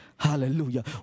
Hallelujah